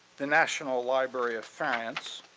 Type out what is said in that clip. the national library of france,